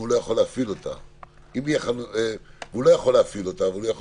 הוא לא יכול להפעיל אותה אבל הוא יכול